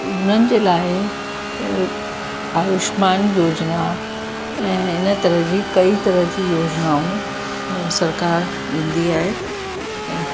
उन्हनि जे लाइ आयुष्मान योजना ऐं इन तरह जी कई तरह जी योजनाऊं सरकार ॾींदी आहे ऐं